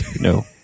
No